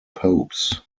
popes